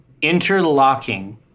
interlocking